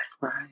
Right